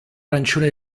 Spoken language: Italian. arancione